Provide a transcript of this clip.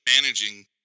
managing